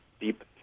deep